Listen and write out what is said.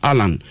Alan